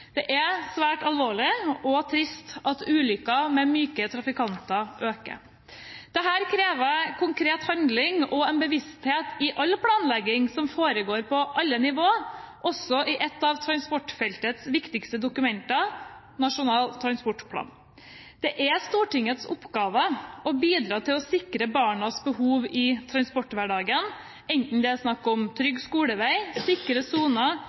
Det er svært alvorlig og trist at ulykker med myke trafikanter øker. Dette krever konkret handling og en bevissthet i all planlegging som foregår på alle nivåer, også i et av transportfeltets viktigste dokumenter: Nasjonal transportplan. Det er Stortingets oppgave å bidra til å sikre barnas behov i transporthverdagen, enten det er snakk om trygg skolevei, sikre soner,